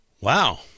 Wow